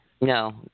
No